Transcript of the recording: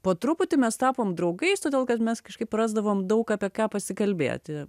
po truputį mes tapom draugais todėl kad mes kažkaip rasdavom daug apie ką pasikalbėti